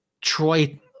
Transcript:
Troy